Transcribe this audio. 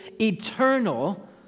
eternal